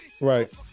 right